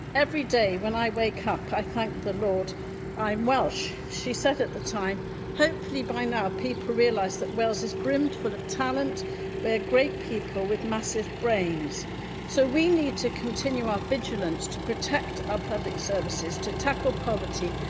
every day when i wake up i thank the lord i'm welsh she said at the time hopefully by now people realise that wales is brimmed full of talent and we're great people with massive brains so, we need to continue our vigilance to protect our public services, to tackle poverty,